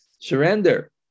Surrender